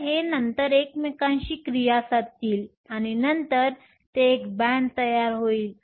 तर हे नंतर एकमेकांशी क्रिया साधतील आणि नंतर ते एक बॅण्ड तयार होईल